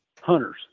hunters